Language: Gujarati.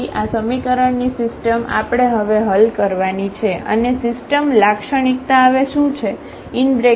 તેથી આ સમીકરણની સિસ્ટમ આપણે હવે હલ કરવાની છે અને સિસ્ટમ લાક્ષણિકતાહવે શું છે A Ix0